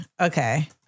Okay